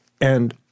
And-